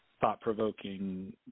thought-provoking